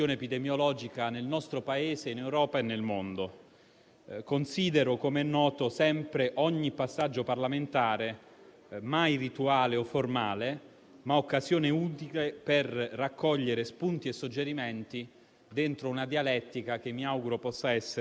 abbiamo riscontrato una graduale salita del numero dei contagi. Voglio iniziare la mia comunicazione con i dati, perché come sempre i dati, i numeri, ci illustrano lo scenario in maniera molto più semplice e lineare: